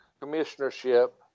commissionership